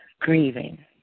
grieving